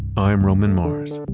i'm roman mars